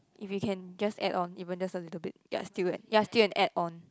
if you can just add on even just a little bit yea still yea still an add on